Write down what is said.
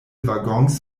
waggons